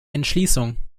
entschließung